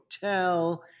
hotel